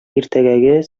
иртәгәге